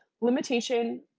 Limitation